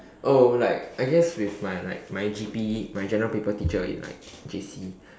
oh like I guess with my like my G_P my general paper teacher in like J_C